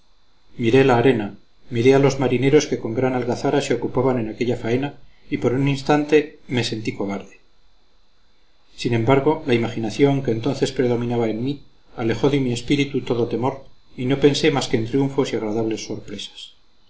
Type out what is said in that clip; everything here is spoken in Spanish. miré la arena miré a los marineros que con gran algazara se ocupaban en aquella faena y por un instante me sentí cobarde sin embargo la imaginación que entonces predominaba en mí alejó de mi espíritu todo temor y no pensé más que en triunfos y agradables sorpresas